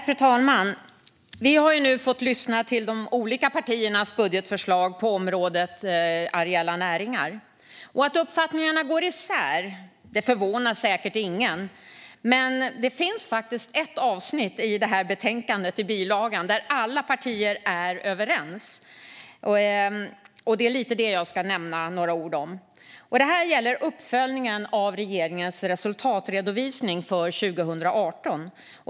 Frau talman! Vi har nu fått lyssna till de olika partiernas budgetförslag på området Areella näringar. Att uppfattningarna går isär förvånar säkert ingen, men det finns faktiskt ett avsnitt i bilagan till betänkandet som alla partier är överens om. Det är detta jag tänker säga några ord om. Det gäller uppföljningen av regeringens resultatredovisning för 2018.